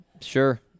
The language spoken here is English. Sure